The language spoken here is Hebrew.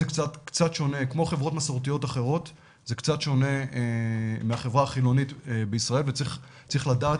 וכמו חברות מסורתיות אחרות זה קצת שונה מהחברה החילונית בישראל וצריך לדעת